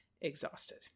exhausted